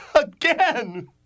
Again